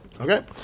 Okay